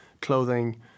clothing